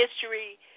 history